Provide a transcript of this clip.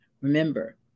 Remember